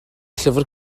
llyfr